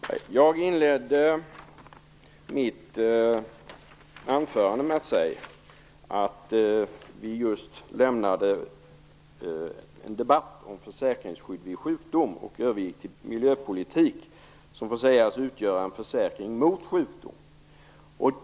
Herr talman! Jag inledde mitt anförande med att säga att vi just lämnade en debatt om försäkringsskydd vid sjukdom och övergick till miljöpolitik, som får sägas utgöra en försäkring mot sjukdom.